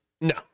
No